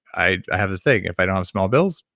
i have this thing. if i don't have small bills,